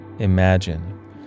Imagine